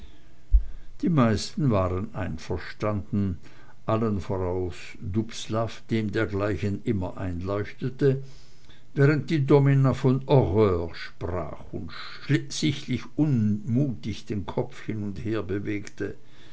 die meisten waren einverstanden allen voraus dubslav dem dergleichen immer einleuchtete während die domina von horreur sprach und sichtlich unmutig den kopf hin und her bewegte